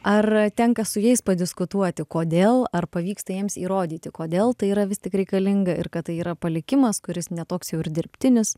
ar tenka su jais padiskutuoti kodėl ar pavyksta jiems įrodyti kodėl tai yra vis tik reikalinga ir kad tai yra palikimas kuris ne toks jau ir dirbtinis